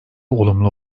olumlu